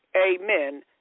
amen